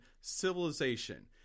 Civilization